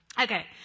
Okay